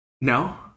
No